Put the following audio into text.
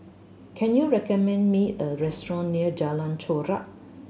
can you recommend me a restaurant near Jalan Chorak